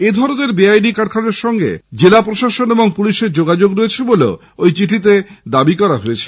এধরনের বেআইনি কারখানার সঙ্গে জেলা প্রশাসন এবং পুলিশের যোগাযোগ রয়েছে বলেও ঐ চিঠিতে দাবি করা হয়েছে